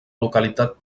localitat